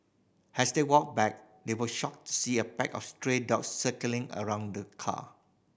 as they walked back they were shocked to see a pack of stray dogs circling around the car